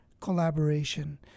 collaboration